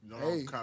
Hey